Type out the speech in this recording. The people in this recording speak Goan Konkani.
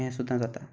हें सुद्दा जाता